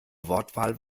wortwahl